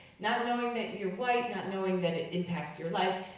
not knowing that you're white, not knowing that it impacts your life,